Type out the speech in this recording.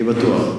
אני בטוח.